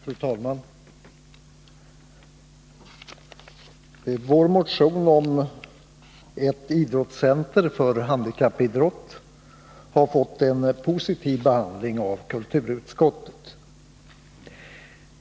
Fru talman! Vår motion om ett idrottscenter för handikappidrott har fått en positiv behandling av kulturutskottet.